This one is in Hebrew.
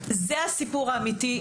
זה הסיפור האמיתי,